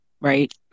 right